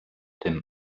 tym